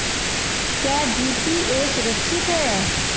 क्या जी.पी.ए सुरक्षित है?